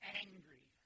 angry